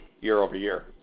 year-over-year